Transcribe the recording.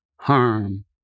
harm